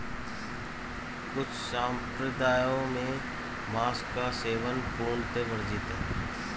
कुछ सम्प्रदायों में मांस का सेवन पूर्णतः वर्जित है